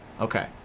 okay